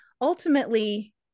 ultimately